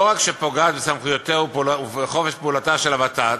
לא רק פוגעת בסמכויותיה ובחופש פעולתה של הוות"ת,